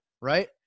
right